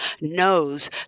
knows